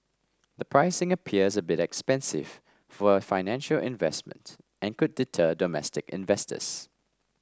the pricing appears a bit expensive for a financial investment and could deter domestic investors